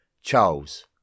Charles